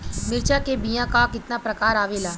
मिर्चा के बीया क कितना प्रकार आवेला?